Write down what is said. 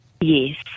Yes